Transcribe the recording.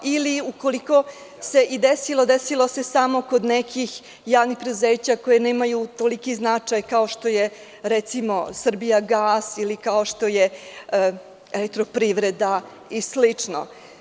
Ukoliko se i desilo, desilo se samo kod nekih javnih preduzeća koja nemaju toliki značaj, kao što je, recimo, „Srbijagas“ ili „Elektroprivreda“ i slično.